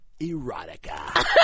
erotica